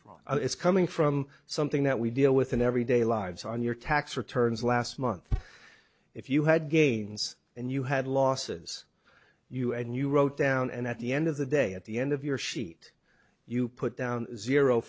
from it's coming from something that we deal with in everyday lives on your tax returns last month if you had gains and you had losses you and you wrote down and at the end of the day at the end of your sheet you put down zero